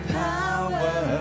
power